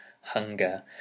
hunger